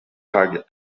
target